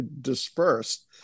dispersed